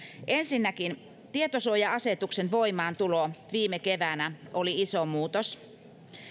ensinnäkin tietosuoja asetuksen voimaantulo viime keväänä oli iso muutos